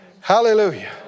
Hallelujah